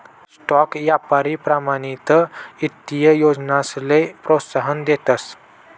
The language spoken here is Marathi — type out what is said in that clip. स्टॉक यापारी प्रमाणित ईत्तीय योजनासले प्रोत्साहन देतस